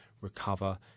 recover